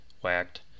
whacked